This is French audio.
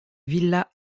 villa